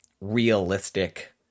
realistic